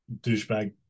douchebag